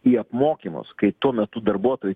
į apmokymus kai tuo metu darbuotojai